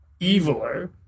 eviler